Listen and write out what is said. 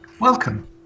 Welcome